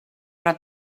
però